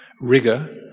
rigor